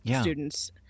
students